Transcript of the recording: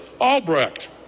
Albrecht